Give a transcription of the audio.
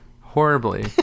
Horribly